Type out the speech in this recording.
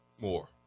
more